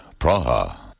Praha